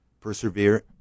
persevere